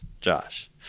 Josh